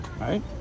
Right